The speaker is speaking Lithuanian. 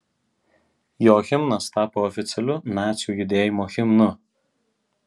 jo himnas tapo oficialiu nacių judėjimo himnu